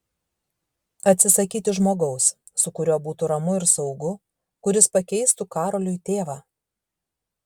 atsisakyti žmogaus su kuriuo būtų ramu ir saugu kuris pakeistų karoliui tėvą